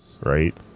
Right